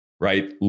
Right